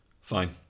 fine